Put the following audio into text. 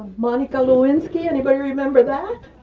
monica lewinsky. anybody remember that?